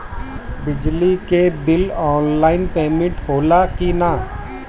बिजली के bill online payment होला कि ना?